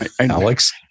Alex